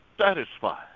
satisfied